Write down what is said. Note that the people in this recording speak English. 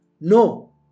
No